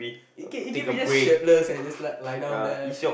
it can it can be just shirtless and just like lay down there